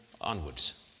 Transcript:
onwards